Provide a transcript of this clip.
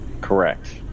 Correct